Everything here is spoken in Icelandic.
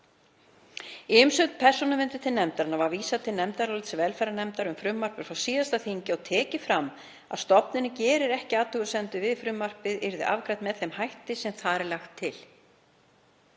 Í umsögn Persónuverndar til nefndarinnar var vísað til nefndarálits velferðarnefndar um frumvarpið frá síðasta þingi og tekið fram að stofnunin gerði ekki athugasemdir við að frumvarpið yrði afgreitt með þeim hætti sem þar var lagt til.